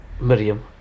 Miriam